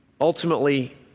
ultimately